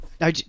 no